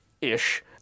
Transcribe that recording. ish